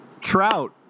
Trout